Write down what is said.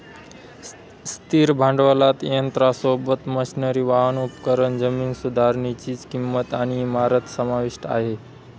स्थिर भांडवलात यंत्रासोबत, मशनरी, वाहन, उपकरण, जमीन सुधारनीची किंमत आणि इमारत समाविष्ट आहे